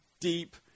deep